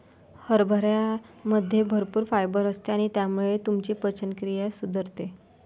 हरभऱ्यामध्ये भरपूर फायबर असते आणि त्यामुळे तुमची पचनक्रिया सुधारते